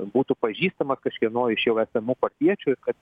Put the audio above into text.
būtų pažįstamas kažkieno iš jau esamų partiečių ir kad